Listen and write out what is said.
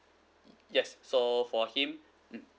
yes so for him mm